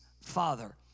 father